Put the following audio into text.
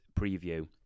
preview